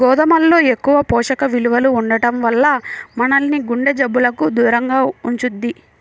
గోధుమల్లో ఎక్కువ పోషక విలువలు ఉండటం వల్ల మనల్ని గుండె జబ్బులకు దూరంగా ఉంచుద్ది